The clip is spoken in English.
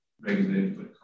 regulated